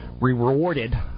rewarded